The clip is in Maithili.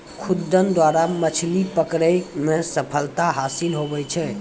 खुद्दन द्वारा मछली पकड़ै मे सफलता हासिल हुवै छै